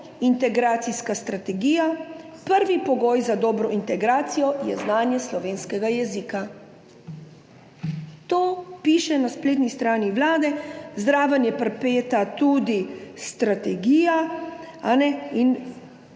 Integracijska strategija: prvi pogoj za dobro integracijo je znanje slovenskega jezika. To piše na spletni strani Vlade, zraven je pripeta tudi strategija. Ko vse